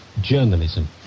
journalism